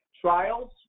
Trials